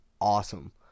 awesome